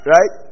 Right